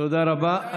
תודה רבה.